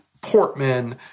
Portman